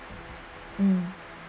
um